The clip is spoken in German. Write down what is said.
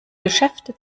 geschäfte